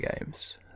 games